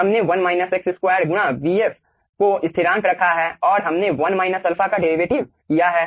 हमने गुणा vf को स्थिरांक रखा है और हमने 1 α का डेरीवेटिव किया है